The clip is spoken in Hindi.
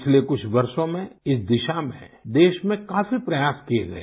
पिछले कुछ वर्षों में इस दिशा में देश में काफी प्रयास किए गए